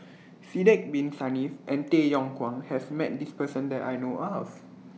Sidek Bin Saniff and Tay Yong Kwang has Met This Person that I know of